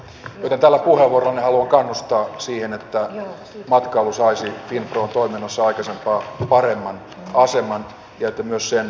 tällä puheenvuorollani haluan kannustaa siihen että matkailu saisi finpron toiminnoissa aikaisempaa paremman aseman ja että myös sen voimavaroista huolehdittaisiin